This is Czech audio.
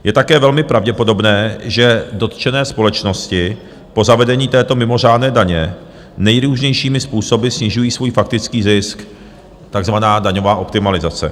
Je také velmi pravděpodobné, že dotčené společnosti po zavedení této mimořádné daně nejrůznějšími způsoby snižují svůj faktický zisk, takzvaná daňová optimalizace.